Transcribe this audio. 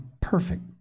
perfect